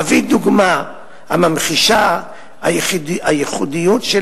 אביא דוגמה הממחישה את הייחודיות של